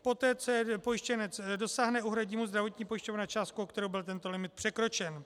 Poté co je pojištěnec dosáhne, uhradí mu zdravotní pojišťovna částku, o kterou byl tento limit překročen.